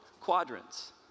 quadrants